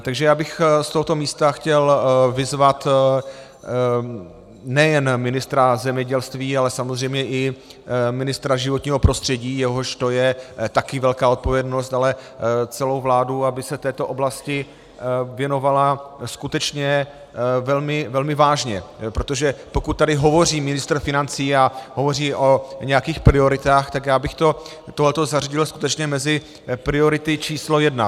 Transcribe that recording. Takže já bych z tohoto místa chtěl vyzvat nejen ministra zemědělství, ale i ministra životního prostředí, jehož to je také velká odpovědnost, ale celou vládu, aby se této oblasti věnovali skutečně velmi vážně, protože pokud tady hovoří ministr financí a hovoří o nějakých prioritách, tak já bych tohleto zařadil skutečně mezi priority číslo jedna.